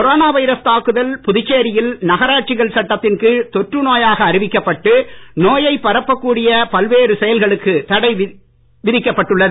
corona virus தாக்குதல் புதுச்சேரியில் நகராட்சிகள் சட்டத்தின் கீழ் தொற்றுநோயாக அறிவிக்கப்பட்டு நோயை பரப்பக் கூடிய பல்வேறு செயல்களுக்கு தடை விதிக்கப்பட்டுள்ளது